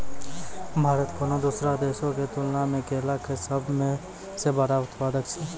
भारत कोनो दोसरो देशो के तुलना मे केला के सभ से बड़का उत्पादक छै